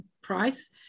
price